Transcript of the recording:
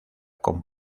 con